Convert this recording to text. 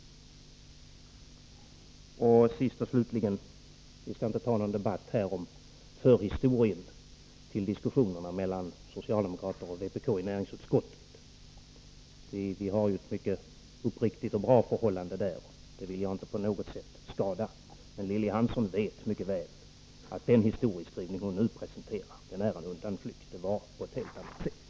7 För det andra skall vi inte här ha någon debatt om förhistorien till diskussionerna mellan socialdemokraterna och vpk i näringsutskottet. Vi har ju där ett mycket uppriktigt och bra samarbete. Det vill jag inte på något sätt skada. Lilly Hansson vet dock mycket väl att den historieskrivning som hon nu presenterade innebär en undanflykt. Det gick till på ett helt annat sätt.